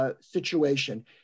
situation